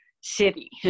city